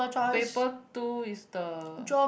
paper two is the